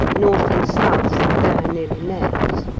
north and south there nearly met.